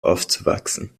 aufzuwachsen